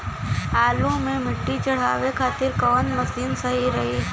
आलू मे मिट्टी चढ़ावे खातिन कवन मशीन सही रही?